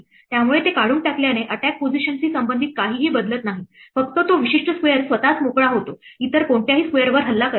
त्यामुळे ते काढून टाकल्याने अटॅक पोझिशनशी संबंधित काहीही बदलत नाही फक्त तो विशिष्ट स्क्वेअर स्वतःच मोकळा होतो इतर कोणत्याही स्क्वेअरवर हल्ला करत नाही